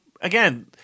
again